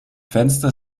fenster